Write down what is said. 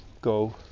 go